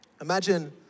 Imagine